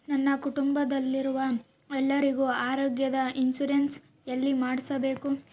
ನನ್ನ ಕುಟುಂಬದಲ್ಲಿರುವ ಎಲ್ಲರಿಗೂ ಆರೋಗ್ಯದ ಇನ್ಶೂರೆನ್ಸ್ ಎಲ್ಲಿ ಮಾಡಿಸಬೇಕು?